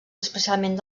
especialment